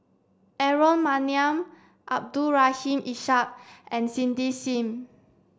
Aaron Maniam Abdul Rahim Ishak and Cindy Sim